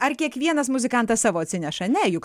ar kiekvienas muzikantas savo atsineša ne juk